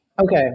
Okay